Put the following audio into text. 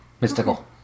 Mystical